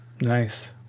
Nice